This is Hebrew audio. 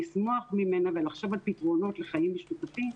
ולחשוב על פתרונות לחיים משותפים,